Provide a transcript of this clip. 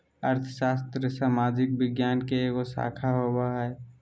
अर्थशास्त्र सामाजिक विज्ञान के एगो शाखा होबो हइ